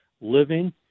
living